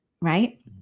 right